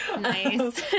Nice